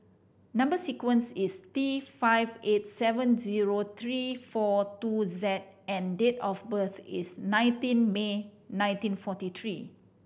number sequence is T five eight seven zero three four two Z and date of birth is nineteen May nineteen forty three